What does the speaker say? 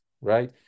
right